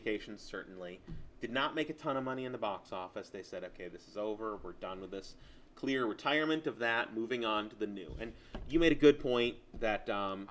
vacations certainly did not make a ton of money in the box office they said ok this is over we're done with this clear retirement of that moving on to the new and you made a good point that